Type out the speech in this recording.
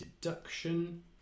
deduction